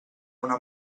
una